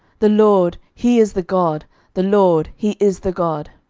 the lord, he is the god the lord, he is the god.